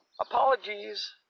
apologies